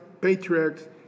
patriarchs